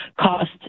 cost